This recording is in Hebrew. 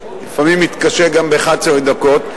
לפעמים מתקשה גם ב-11 דקות,